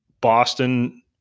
Boston